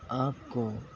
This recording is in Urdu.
آپ کو